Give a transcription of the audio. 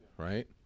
right